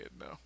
no